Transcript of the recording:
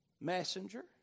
messenger